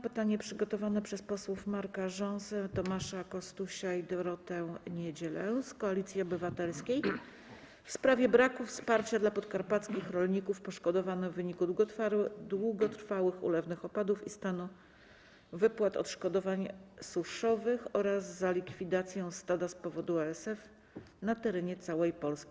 Pytanie przygotowane przez posłów Marka Rząsę, Tomasza Kostusia i Dorotę Niedzielę z Koalicji Obywatelskiej w sprawie braku wsparcia dla podkarpackich rolników poszkodowanych w wyniku długotrwałych ulewnych opadów i stanu wypłat odszkodowań suszowych oraz za likwidację stada z powodu ASF na terenie całej Polski.